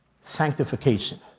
sanctification